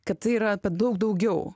kad tai yra daug daugiau